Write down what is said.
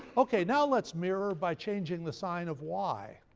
okay, now let's mirror by changing the sign of y.